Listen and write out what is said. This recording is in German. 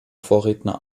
vorredner